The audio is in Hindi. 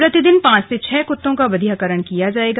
प्रतिदिन पांच से छह कत्तों का बधियाकरण किया जायेगा